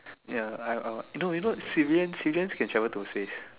ya I I no no you know civilians civilians can travel to space